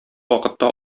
вакытта